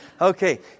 Okay